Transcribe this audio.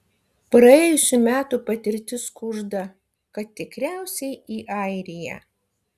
praėjusių metų patirtis kužda kad tikriausiai į airiją